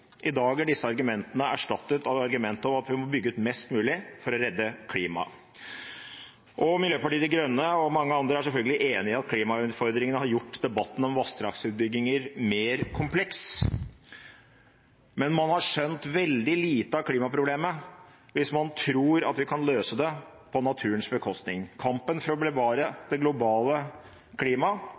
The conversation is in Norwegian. I dag er disse argumentene erstattet av argumentet om at vi må bygge mest mulig for å redde klimaet. Miljøpartiet De Grønne og mange andre er selvfølgelig enig i at klimautfordringene har gjort debatten om vassdragsutbygginger mer kompleks. Men man har skjønt veldig lite av klimaproblemet hvis man tror at vi kan løse det på naturens bekostning. Kampen for å bevare det globale klimaet